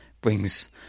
brings